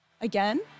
Again